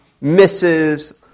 misses